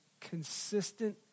consistent